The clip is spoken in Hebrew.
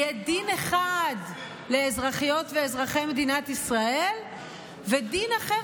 יהיה דין אחד לאזרחיות ולאזרחי מדינת ישראל ודין אחר,